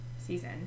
season